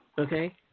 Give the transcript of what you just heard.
okay